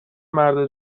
مرد